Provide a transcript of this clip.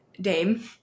Dame